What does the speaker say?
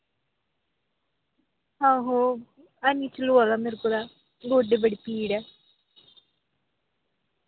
आहो हैनी चलोआ दा मेरे कोला गोड्डे बड़ी पीड़ ऐ